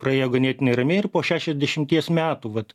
praėjo ganėtinai ramiai ir po šešiasdešimties metų vat